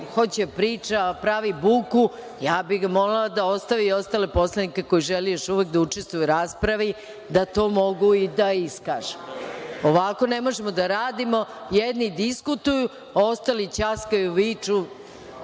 hoće da priča pravi buku, ja bih ga molila da ostavi ostale poslanike koji žele još uvek da učestvuju u raspravi, da to mogu i da iskažu. Ovako ne možemo da radimo, jedni diskutuju, a ostali ćaskaju, viču,